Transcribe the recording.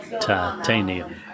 titanium